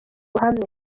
ruhame